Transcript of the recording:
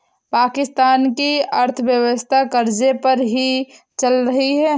पाकिस्तान की अर्थव्यवस्था कर्ज़े पर ही चल रही है